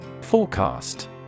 Forecast